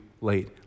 late